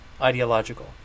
ideological